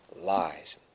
lies